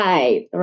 Right